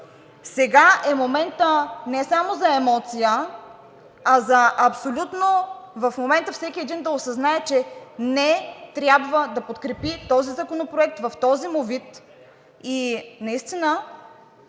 сега е моментът не само за емоция, а абсолютно в момента всеки един да осъзнае, че не трябва да подкрепи този законопроект в този му вид.